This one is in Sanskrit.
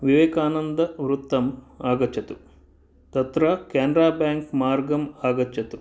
विवेकानन्दवृत्तम् आगच्छतु तत्र कैनरा बैङ्क् मार्गम् आगच्छतु